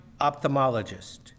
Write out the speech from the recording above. ophthalmologist